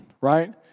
right